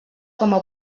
coma